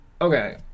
okay